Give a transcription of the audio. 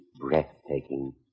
Breathtaking